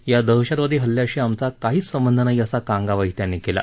या दहशतवादी हल्ल्याशी आमचा काहीच संबंध नाही असा कांगावाही त्यांनी केला